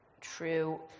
True